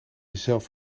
jezelf